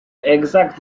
exact